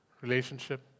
relationship